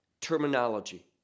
terminology